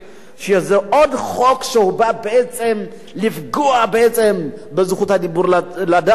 וזה עוד חוק שבא לפגוע בזכות הציבור לדעת,